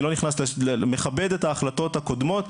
אני מכבד את ההחלטות הקודמות,